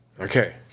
Okay